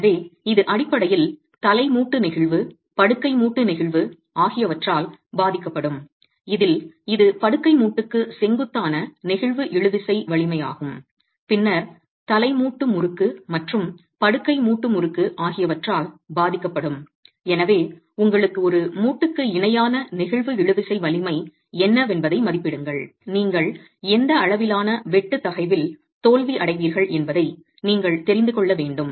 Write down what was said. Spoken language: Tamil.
எனவே இது அடிப்படையில் தலை மூட்டு நெகிழ்வு படுக்கை மூட்டு நெகிழ்வு ஆகியவற்றால் பாதிக்கப்படும் இதில் இது படுக்கை மூட்டுக்கு செங்குத்தான நெகிழ்வு இழுவிசை வலிமையாகும் பின்னர் தலை மூட்டு முறுக்கு மற்றும் படுக்கை மூட்டு முறுக்கு ஆகியவற்றால் பாதிக்கப்படும் எனவே உங்களுக்கு ஒரு மூட்டுக்கு இணையான நெகிழ்வு இழுவிசை வலிமை என்னவென்பதை மதிப்பிடுங்கள் நீங்கள் எந்த அளவிலான வெட்டு தகைவில் தோல்வி அடைவீர்கள் என்பதை நீங்கள் தெரிந்து கொள்ள வேண்டும்